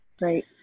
Right